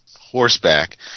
horseback